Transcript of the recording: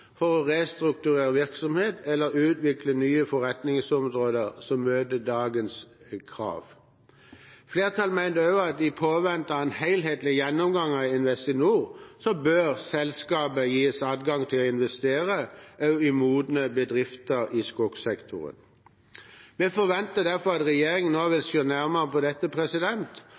for å restrukturere virksomhet eller utvikle nye forretningsområder som møter dagens krav. Flertallet mente også at i påvente av en helhetlig gjennomgang av Investinor bør selskapet gis adgang til å investere også i modne bedrifter i skogsektoren. Vi forventer derfor at regjeringen nå